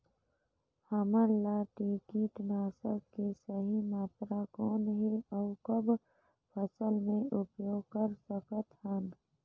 हमला कीटनाशक के सही मात्रा कौन हे अउ कब फसल मे उपयोग कर सकत हन?